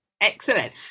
Excellent